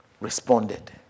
responded